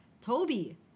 Toby